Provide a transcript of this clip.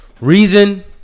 reason